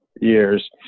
years